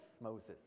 Moses